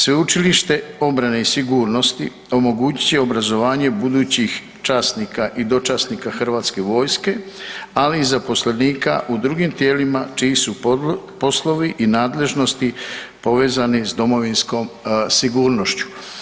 Sveučilište obrane i sigurnosti omogućit će obrazovanje budućih časnika i dočasnika HV-a, ali i zaposlenika u drugim tijelima čiji su poslovi i nadležnosti povezani s domovinskom sigurnošću.